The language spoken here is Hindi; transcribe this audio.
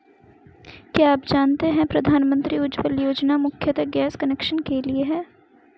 क्या आप जानते है प्रधानमंत्री उज्ज्वला योजना मुख्यतः गैस कनेक्शन के लिए है?